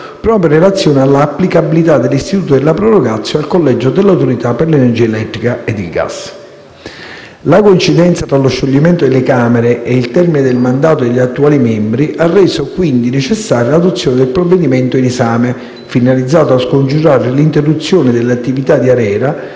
proprio in relazione all'applicabilità dell'istituto della *prorogatio* al collegio dell'Autorità per l'energia elettrica e il gas. La coincidenza tra lo scioglimento delle Camere e il termine del mandato degli attuali membri ha, quindi, reso necessaria l'adozione del provvedimento in esame, finalizzato a scongiurare l'interruzione delle attività